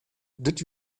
did